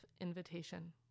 invitation